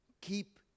Keep